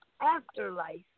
afterlife